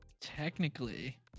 Technically